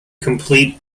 complete